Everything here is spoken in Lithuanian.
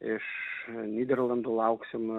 iš nyderlandų lauksim